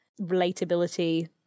relatability